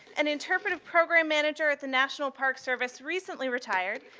an interpretive program manager at the national park service, recently retired,